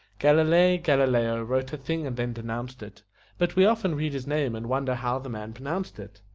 galilei galileo wrote a thing and then denounced it but we often read his name and wonder how the man pronounced it.